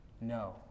No